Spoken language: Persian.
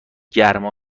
گرما